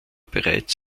bereits